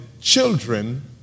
children